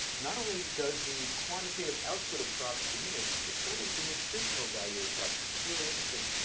not only does the quantitative output of crops diminish, but so does the nutritional value of crops. this is really interesting.